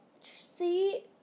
see